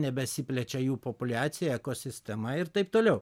nebesiplečia jų populiacija ekosistema ir taip toliau